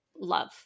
love